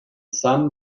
some